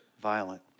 violent